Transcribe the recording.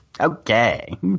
Okay